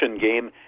game